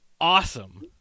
awesome